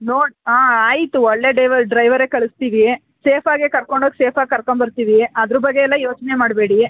ನೋಡಿ ಹಾಂ ಆಯಿತು ಒಳ್ಳೆ ಡೇವರ್ ಡ್ರೈವರೇ ಕಳಿಸ್ತೀವಿ ಸೇಫಾಗೆ ಕರ್ಕೊಂಡು ಹೋಗಿ ಸೇಫಾಗಿ ಕರ್ಕಂಡ್ ಬರ್ತೀವಿ ಅದ್ರ ಬಗ್ಗೆಯೆಲ್ಲ ಯೋಚನೆ ಮಾಡಬೇಡಿ